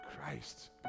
Christ